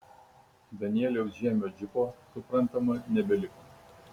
danieliaus žiemio džipo suprantama nebeliko